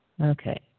Okay